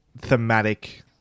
Thematic